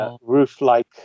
Roof-like